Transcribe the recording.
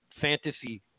fantasy